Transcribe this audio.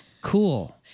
cool